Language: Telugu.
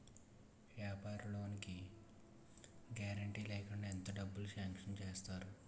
వ్యాపార లోన్ కి గారంటే లేకుండా ఎంత డబ్బులు సాంక్షన్ చేస్తారు?